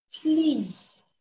please